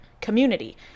community